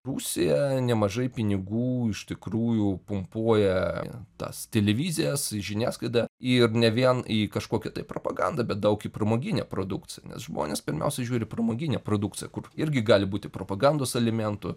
rusija nemažai pinigų iš tikrųjų pumpuoja tas televizijas žiniasklaidą ir ne vien į kažkokį tai propagandą bet daug į pramoginę produkciją nes žmonės pirmiausia žiūri pramoginę produkciją kur irgi gali būti propagandos elementų